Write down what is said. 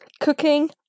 Cooking